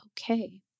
okay